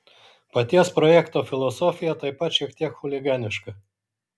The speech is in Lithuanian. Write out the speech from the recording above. paties projekto filosofija taip pat šiek tiek chuliganiška